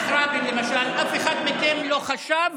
רוצח רבין, למשל, אף אחד מכם לא חשב